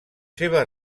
seves